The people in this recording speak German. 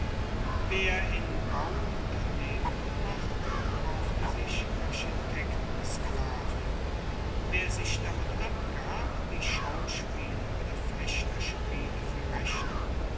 wer in bauunternehmungen machte kaufte sich architektensklaven wer sich damit abgab die schauspiele oder fechterspiele fuer rechnung